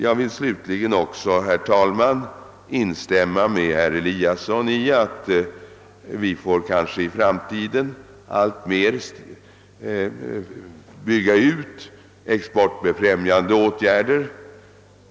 Jag vill slutligen, herr talman, instämma med herr Eliasson i Sundborn i att vi i framtiden kanske alltmer får bygga ut våra exportfrämjande åtgärder.